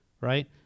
right